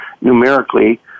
numerically